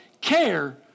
care